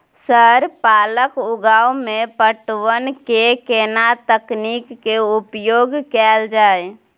Sir पालक उगाव में पटवन के केना तकनीक के उपयोग कैल जाए?